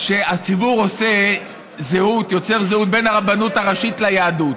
שהציבור יוצר זהות בין הרבנות הראשית ליהדות,